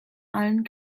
allen